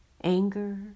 anger